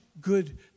good